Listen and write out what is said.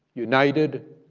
united,